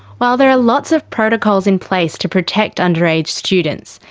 while there are lots of protocols in place to protect under-age students,